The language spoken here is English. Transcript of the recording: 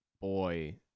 boy